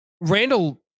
Randall